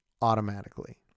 automatically